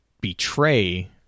betray